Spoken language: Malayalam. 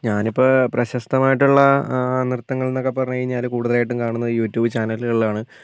ഞാനിപ്പോൾ പ്രശസ്തമായിട്ടുള്ള നൃത്തങ്ങൾന്നക്കെ പറഞ്ഞ് കഴിഞ്ഞാൽ കൂടുതലായിട്ടും കാണുന്നത് യുട്യൂബ് ചാനലുകളിലാണ്